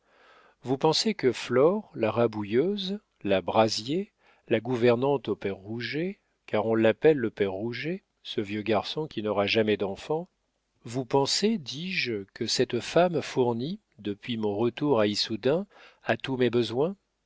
vous pensez que flore la rabouilleuse la brazier la gouvernante au père rouget car on l'appelle le père rouget ce vieux garçon qui n'aura jamais d'enfants vous pensez dis-je que cette femme fournit depuis mon retour à issoudun à tous mes besoins